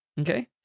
Okay